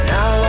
Now